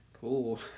cool